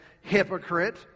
hypocrite